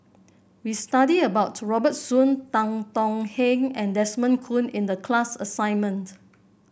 we study about Robert Soon Tan Tong Hye and Desmond Kon in the class assignment